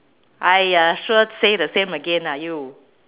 !aiya! sure say the same again ah you